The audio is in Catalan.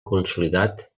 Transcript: consolidat